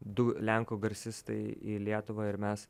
du lenkų garsistai į lietuvą ir mes